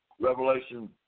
Revelation